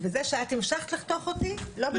וזה שאת המשכת לחתוך אותי, זה לא בסדר.